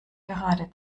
gerade